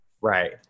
right